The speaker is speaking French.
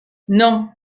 non